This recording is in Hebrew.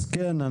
אז כן,